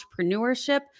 entrepreneurship